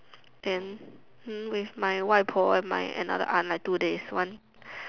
then hmm with my 外婆 and my another aunt like two days one